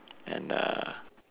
and uh